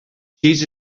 cheese